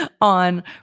on